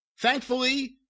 Thankfully